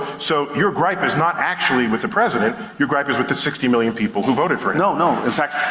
so your gripe is not actually with the president, your gripe is with the sixty million people who voted for him. no no, in fact,